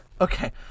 Okay